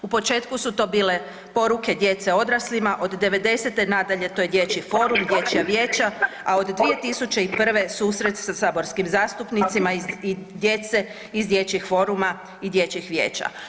U početku su to bile poruke djece odraslima, od 90. nadalje, to je dječji forum, dječja vijeća, a od 2001. susret sa saborskim zastupnicima i djece iz dječjih foruma i dječjih vijeća.